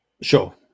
Sure